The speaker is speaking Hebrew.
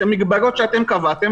את המגבלות שאתם קבעתם,